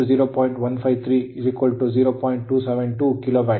272ಕಿಲೋವ್ಯಾಟ್